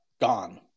gone